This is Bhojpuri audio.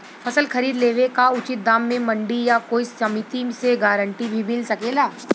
फसल खरीद लेवे क उचित दाम में मंडी या कोई समिति से गारंटी भी मिल सकेला?